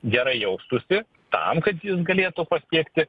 gerai jaustųsi tam kad jis galėtų pasiekti